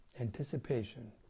anticipation